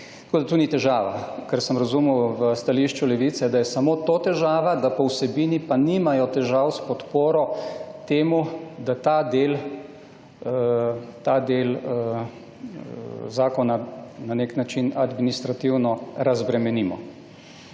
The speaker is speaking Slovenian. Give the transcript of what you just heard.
Tako da to ni težava, ker sem razumel v stališču Levice, da je samo to težava, da po vsebini pa nimajo težav s podporo temu, da ta del zakona na nek način administrativno razbremenimo.